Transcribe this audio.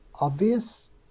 obvious